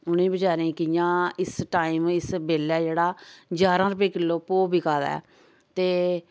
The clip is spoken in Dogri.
उनेंगी बचौरें गी कियां इस टाइम इस्स बेल्ले जेह्ड़ा जारां रपे किलो भो बिका दा ते